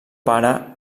pare